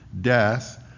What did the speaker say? death